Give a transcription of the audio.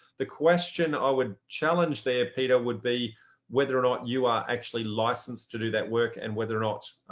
the question i would challenge there, peter would be whether or not you are actually licensed to do that work and whether or not